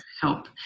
help